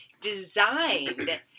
designed